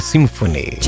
Symphony